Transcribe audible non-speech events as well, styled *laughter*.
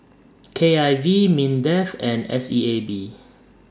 *noise* K I V Mindef and S E A B